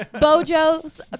Bojo's